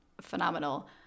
phenomenal